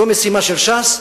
זו משימה של ש"ס,